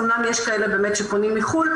אמנם יש כאלה באמת שפונים מחו"ל,